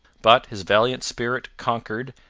but his valiant spirit conquered,